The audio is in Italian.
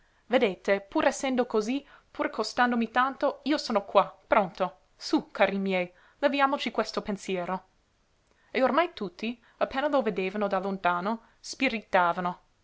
vedete pur essendo cosí pur costandomi tanto io sono qua pronto sú cari miei leviamoci questo pensiero e ormai tutti appena lo vedevano da lontano spiritavano era